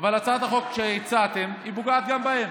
אבל הצעת החוק שהצעתם פוגעת גם בהם.